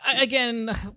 again